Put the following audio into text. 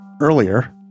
earlier